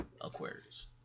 Aquarius